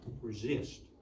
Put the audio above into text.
Resist